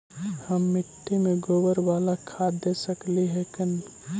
हम मिट्टी में गोबर बाला खाद दे सकली हे का?